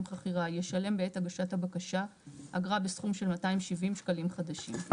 חכירה ישלם בעת הגשת הבקשה אגרה בסכום של 270 שקלים חדשים".